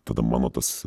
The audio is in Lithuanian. tada mano tas